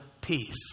peace